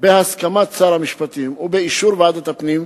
בהסכמת שר המשפטים ובאישור ועדת הפנים,